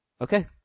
Okay